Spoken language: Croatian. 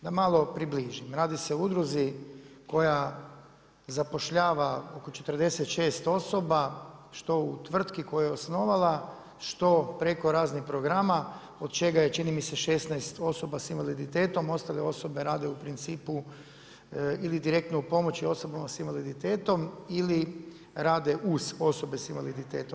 Da malo približim, radi se o udruzi koja zapošljava oko 46 osoba što u tvrtki koju je osnovala što preko raznih programa od čega je čini mi se, 16 osoba s invaliditetom, ostale osobe rade u principu ili direktno u pomoći osobama s invaliditetom ili rade uz osobe s invaliditetom.